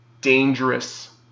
dangerous